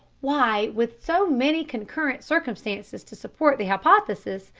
why, with so many concurrent circumstances to support the hypothesis,